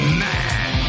man